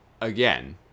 again